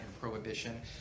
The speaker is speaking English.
prohibition